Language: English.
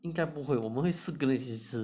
因该不会我们是四个人一起吃